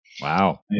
Wow